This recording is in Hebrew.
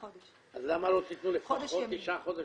אז למה לא תתנו לפחות תשעה חודשים?